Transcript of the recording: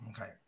okay